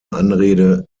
anrede